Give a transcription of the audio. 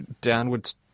downwards